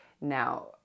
Now